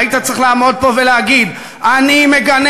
והיית צריך לעמוד פה ולהגיד: אני מגנה